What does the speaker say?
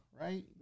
right